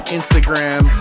Instagram